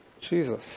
Jesus